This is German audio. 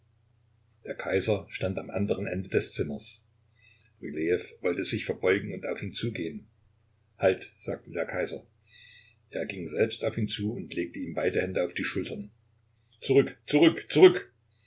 der kaiser stand am anderen ende des zimmers rylejew wollte sich verbeugen und auf ihn zugehen halt sagte der kaiser er ging selbst auf ihn zu und legte ihm beide hände auf die schultern zurück zurück zurück